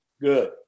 Good